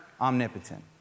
omnipotent